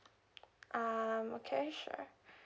um okay sure